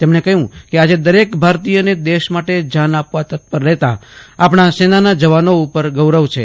તેમણે કહ્યું કે આજે દરેક ભારતીયને દેશ માટે જાન આપવા તત્પર રહેતાં આપજ્ઞાં સેનાના જવાનો ઉપર ગૌરવ છે